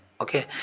okay